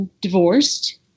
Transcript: divorced